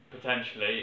potentially